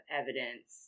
evidence